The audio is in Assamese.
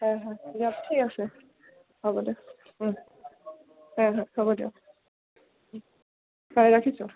হয় হয় দিয়ক ঠিক আছে হ'ব দিয়ক হয় হয় হ'ব দিয়ক হয় ৰাখিছোঁ